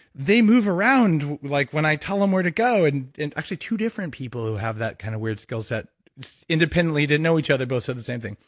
they move around like when i tell them where to go. and and actually two different people who have that kind of weird skillset independently didn't know each other both said the same thing.